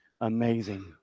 amazing